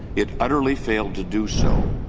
it utterly failed to do so.